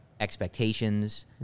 expectations